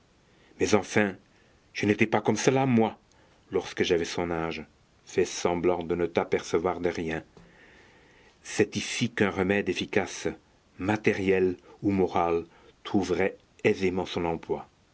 mais enfin je n'étais pas comme cela moi lorsque j'avais son âge fais semblant de ne t'apercevoir de rien c'est ici qu'un remède efficace matériel ou moral trouverait aisément son emploi